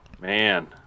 man